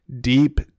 deep